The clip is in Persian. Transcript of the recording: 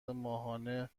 ماهانه